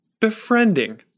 befriending